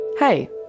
Hey